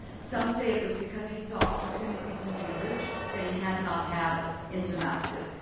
some say it was because he saw opportunities in beirut that he had not had in damascus.